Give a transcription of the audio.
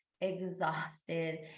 exhausted